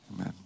Amen